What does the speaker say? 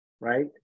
right